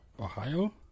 Ohio